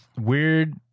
weird